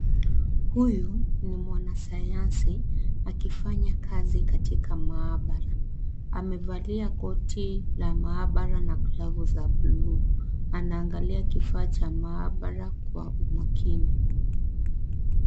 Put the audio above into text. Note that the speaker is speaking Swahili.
Huyu ni mwanasayansi akifanya kazi katika maabara, amevalia koti la maabara na glavu za buluu, anaangalia kifaa cha maabara kwa umakini.